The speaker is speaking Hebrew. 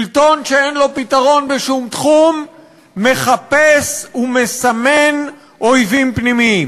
שלטון שאין לו פתרון בשום תחום מחפש ומסמן אויבים פנימיים.